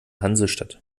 hansestadt